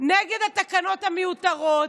נגד התקנות המיותרות,